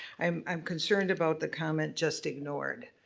i'm i'm concerned about the comment, just ignored.